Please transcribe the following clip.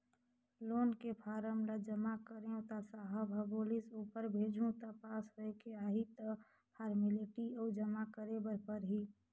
loan के form ल जमा करेंव त साहब ह बोलिस ऊपर भेजहूँ त पास होयके आही त फारमेलटी अउ जमा करे बर परही